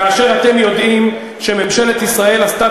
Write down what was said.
כאשר אתם יודעים שממשלת ישראל עשתה